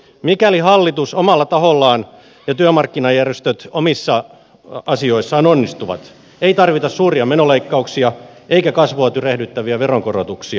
mikäli hallitus omalla tahollaan ja työmarkkinajärjestöt omissa asioissaan onnistuvat ei tarvita suuria menoleikkauksia eikä kasvua tyrehdyttäviä veronkorotuksia